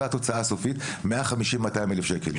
זה התוצאה הסופית 150-200 אלף שקל,